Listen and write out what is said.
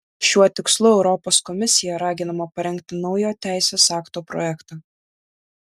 šiuo tikslu europos komisija raginama parengti naujo teisės akto projektą